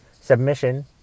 submission